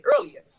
earlier